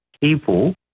people